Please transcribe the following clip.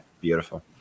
Beautiful